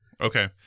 Okay